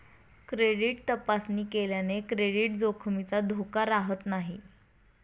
credit तपासणी केल्याने credit जोखमीचा धोका राहत नाही